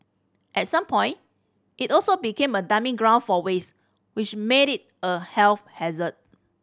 at some point it also became a dumping ground for waste which made it a health hazard